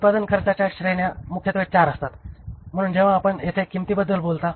उत्पादन खर्चाच्या श्रेण्या मुख्यत्वे 4 असतात म्हणून जेव्हा आपण येथे किंमतीबद्दल बोलता